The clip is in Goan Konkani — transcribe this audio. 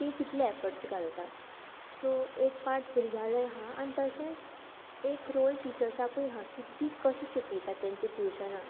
तीं कितले एफर्ट्स घालता सो एक पार्ट भुरग्यांले हा आनी तशेंच एक रोल टिचर्सांकूय हा की तीं कशीं शिकयता तेंचें ट्युशनां